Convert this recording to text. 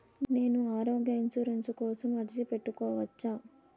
నేను ఆరోగ్య ఇన్సూరెన్సు కోసం అర్జీ పెట్టుకోవచ్చా?